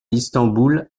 istanbul